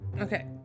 Okay